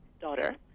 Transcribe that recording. daughter